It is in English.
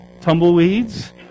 tumbleweeds